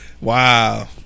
Wow